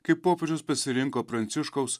kai popiežius pasirinko pranciškaus